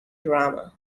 drama